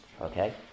Okay